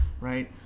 right